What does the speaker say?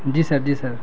جی sir جی سر